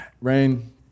Rain